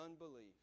unbelief